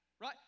right